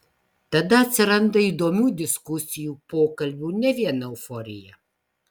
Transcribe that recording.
tada atsiranda įdomių diskusijų pokalbių ne vien euforija